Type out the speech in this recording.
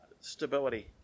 stability